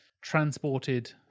transported